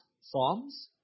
Psalms